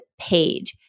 paid